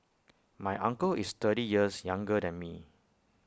my uncle is thirty years younger than me